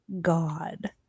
god